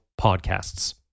podcasts